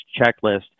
checklist